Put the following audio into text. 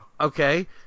Okay